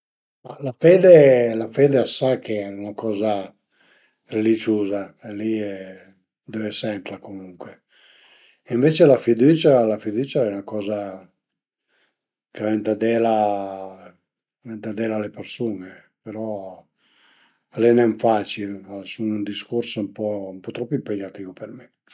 La fede la fede a së sa che al e 'na coza religiuza li deve sentla comuncue e ënvece la fidücia al e 'na coza che venta dela, venta dela a le persun-e, però al e nen facil, a sun dë discurs ën po trop impegnatìu